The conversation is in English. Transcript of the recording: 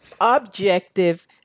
objective